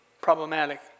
problematic